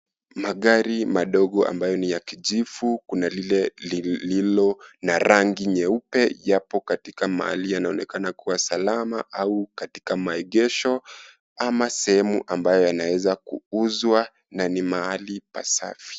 Magari madogo ambayo ni ya kijivu. Kuna lile lililo na rangi nyeupe yapo katika mahali yanaonekana kuwa salama au katika maegesho ama sehemu ambayo yanaweza kuuzwa na ni mahali pasafi.